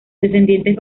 descendientes